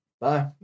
Bye